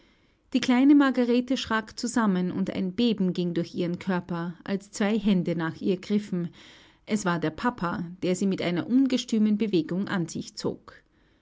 die kleine margarete schrak zusammen und ein beben ging durch ihren körper als zwei hände nach ihr griffen es war der papa der sie mit einer ungestümen bewegung an sich zog